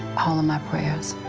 all of my prayers,